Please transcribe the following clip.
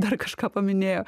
dar kažką paminėjo